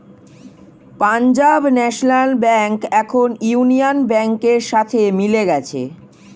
Punjab national bank এখন union ব্যাংকের সাথে মিলে গেছে